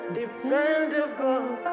dependable